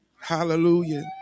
Hallelujah